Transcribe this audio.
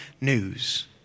news